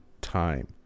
time